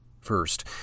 First